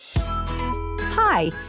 Hi